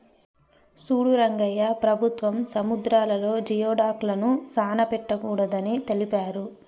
సూడు రంగయ్య ప్రభుత్వం సముద్రాలలో జియోడక్లను సానా పట్టకూడదు అని తెలిపారు